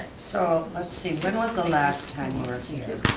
so, let's see, when was the last time you were here?